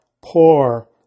poor